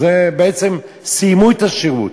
בעצם סיימו את השירות.